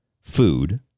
food